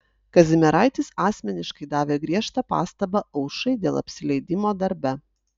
kazimieraitis asmeniškai davė griežtą pastabą aušrai dėl apsileidimo darbe